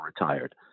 retired